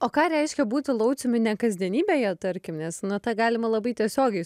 o ką reiškia būti lauciumi ne kasdienybėje tarkim nes na tą galima labai tiesiogiai